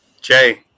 Jay